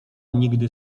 nigdy